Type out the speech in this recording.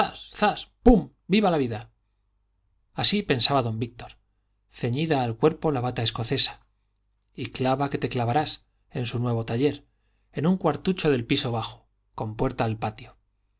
viva la vida así pensaba don víctor ceñida al cuerpo la bata escocesa y clava que te clavarás en su nuevo taller en un cuartucho del piso bajo con puerta al patio